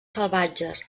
salvatges